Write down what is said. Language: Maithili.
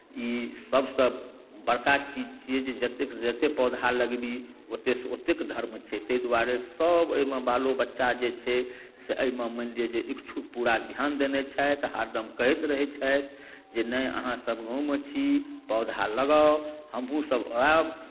ई सभसँ बड़का चीज छियै जे जतेक जतेक पौधा लगाबी ओतेकसँ ओतेक धर्म छै ताहि दुआरे सभ एहिमे बालो बच्चा जे छै से एहिमे मानि लिअ जे इच्छुक पूरा ध्यान देने छथि हरदम कहैत रहै छथि जे नहि अहाँसभ गाँवमे छी पौधा लगाउ हमहूँसभ आयब